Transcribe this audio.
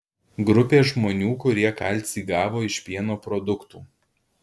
grupė žmonių kurie kalcį gavo iš pieno produktų